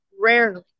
rarely